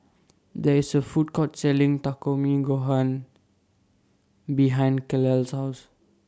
There IS A Food Court Selling Gohan behind Kael's House